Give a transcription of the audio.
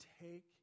take